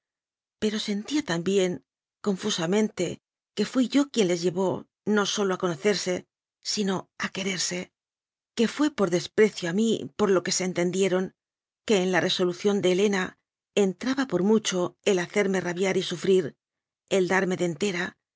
pero sentía también confusamente que fui yo quien les llevó no sólo a conocerse sino a quererse que fué por desprecio a mí por lo que se entendieron que en la resolución de helena entraba por mucho el hacerme ra b ia r y sufrir él darme dentera